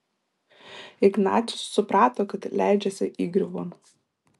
ignacius suprato kad leidžiasi įgriuvon